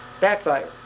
backfire